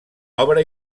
obra